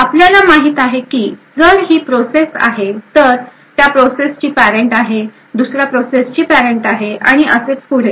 आपल्याला माहित आहे की जर ही प्रोसेस आहे तर त्या प्रोसेसची पॅरेंट आहे दुसऱ्या प्रोसेसची पॅरेंट आहे आणि असेच पुढे